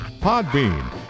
Podbean